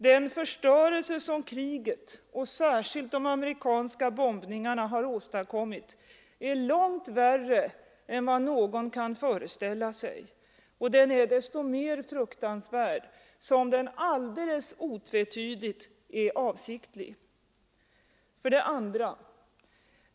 Den förstörelse som kriget och särskilt de amerikanska bombningarna har åstadkommit är långt värre än vad någon kan tänka sig. Och den är desto mer fruktansvärd som den alldeles otvetydigt är avsiktlig. 2.